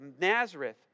Nazareth